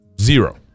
zero